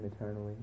eternally